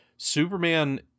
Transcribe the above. Superman